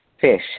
fish